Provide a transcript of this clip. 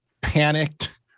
panicked